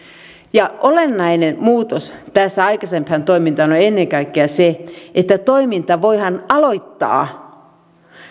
ja olennainen muutos tässä aikaisempaan toimintaan on ennen kaikkea se että toiminta voidaan aloittaa